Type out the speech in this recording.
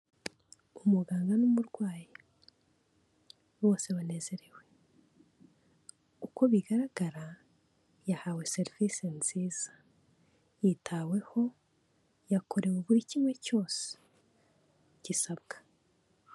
Umuganga n'umurwayi bose banezerewe, uko bigaragara yahawe serivisi nziza, yitaweho, yakorewe buri kimwe cyose gisabwa.